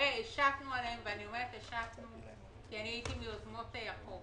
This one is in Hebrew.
השתנו עליהם ואני אומרת השתנו כי אני הייתי מיוזמות החוק